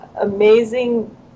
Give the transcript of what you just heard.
amazing